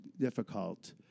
Difficult